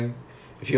oh okay